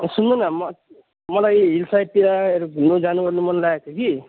ए सुन्नु न म मलाई हिलसाइडतिर घुम्नु जानुवर्नु मन लागेको थियो कि